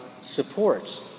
support